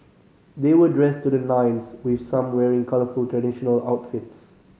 they were dressed to the nines with some wearing colourful traditional outfits